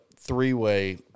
three-way